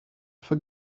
for